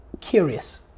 curious